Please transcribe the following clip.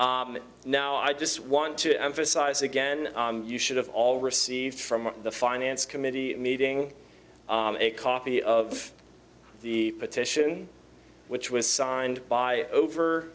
now i just want to emphasize again you should have all received from the finance committee meeting a copy of the petition which was signed by over